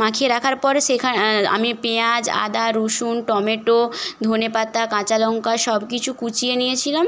মাখিয়ে রাখার পরে সেখা আমি পেঁয়াজ আদা রসুন টমেটো ধনেপাতা কাঁচা লঙ্কা সব কিছু কুচিয়ে নিয়েছিলাম